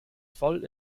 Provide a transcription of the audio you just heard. voll